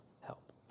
help